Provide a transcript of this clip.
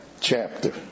chapter